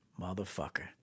Motherfucker